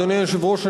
אדוני היושב-ראש,